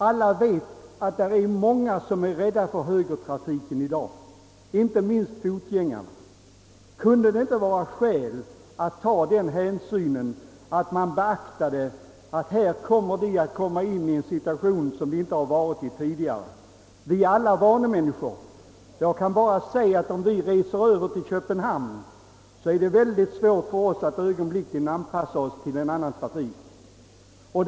Alla vet att det är många som är rädda för övergången till högertrafiken, inte minst fotgängare. Kunde det inte vara skäl i att beakta att vi kommer i en situation som vi inte tidigare befunnit oss i? Vi är alla vanemänniskor. Man behöver bara resa över till Köpenhamn för att finna hur svårt det är att anpassa sig till ett annat trafiksystem.